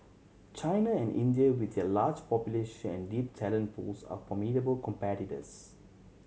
China and India with their large population deep talent pools are formidable competitors